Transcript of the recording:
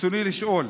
רצוני לשאול: